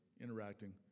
interacting